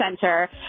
center